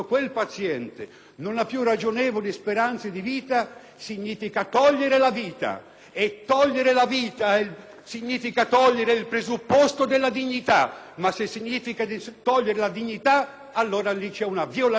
e togliere la vita significa togliere il presupposto della dignità; ma se significa togliere la dignità, allora lì c'è la violazione di un diritto che è inalienabile.